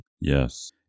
Yes